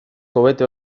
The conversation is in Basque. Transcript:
hobeto